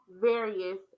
various